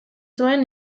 zuen